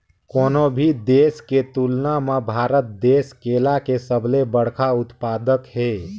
कोनो भी देश के तुलना म भारत देश केला के सबले बड़खा उत्पादक हे